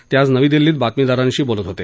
ते आज नवी दिल्लीत बातमीदारांशी बोलत होते